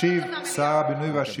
אז אנחנו אומרים שהאחריות לתת אפשרות